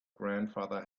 grandfather